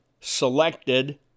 Selected